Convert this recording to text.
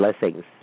blessings